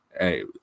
hey